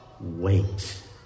wait